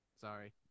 sorry